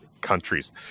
countries